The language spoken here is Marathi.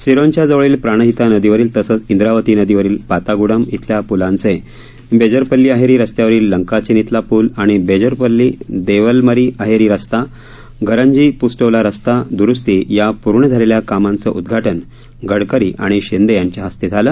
सिरोंचा जवळील प्राणहिता नदीवरील तसंच इंद्रावती नदीवरील पाताग्डम इथल्या प्रलांचे बेजरपल्ली अहेरी रस्त्यावरील लंकाचेन इथला पूल आणि बेजूरपल्ली देवलमरी अहेरी रस्ता गरंजी प्स्टोला रस्ता दुरूस्ती या पूर्ण झालेल्या कामांचं उद्घाटन गडकरी आणि शिंदे यांच्या हस्ते झालं